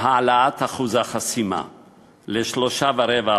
העלאת אחוז החסימה ל-3.25%.